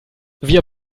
wir